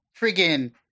friggin